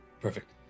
Perfect